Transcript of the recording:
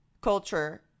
culture